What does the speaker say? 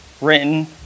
written